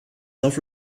self